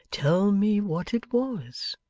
tell me what it was